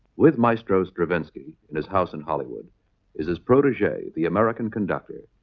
with maestro stravinsky in his house in hollywood is his protege, the american conductor,